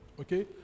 Okay